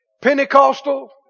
Pentecostal